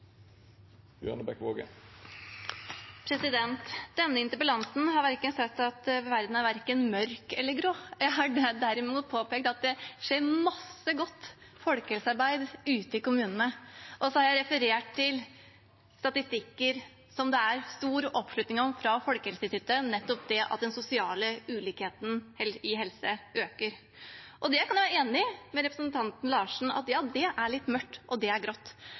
Denne interpellanten har ikke sagt at verden er mørk eller grå. Jeg har derimot påpekt at det har skjedd masse godt folkehelsearbeid ute i kommunene. Og så har jeg referert til statistikker som det er stor oppslutning om i Folkehelseinstituttet, som nettopp viser at den sosiale ulikheten i helse øker. Jeg kan være enig med representanten Larsen i at det er litt mørkt og grått. Men alt engasjementet som er der ute, er fantastisk. Det er